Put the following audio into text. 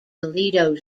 toledo